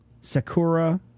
Sakura